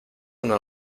una